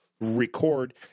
record